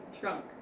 trunk